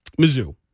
Mizzou